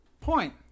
point